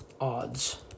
odds